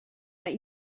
let